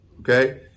Okay